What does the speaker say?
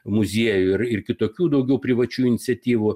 muziejų ir kitokių daugiau privačių iniciatyvų